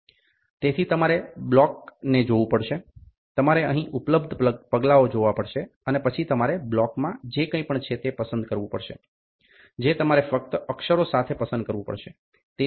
તેથી તમારે બોક્સને જોવું પડશે તમારે અહીં ઉપલબ્ધ પગલાઓ જોવા પડશે અને પછી તમારે બોક્સમાં જે કંઈપણ છે તે પસંદ કરવું પડશે જે તમારે ફક્ત અક્ષરો સાથે પસંદ કરવું પડશે